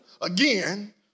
again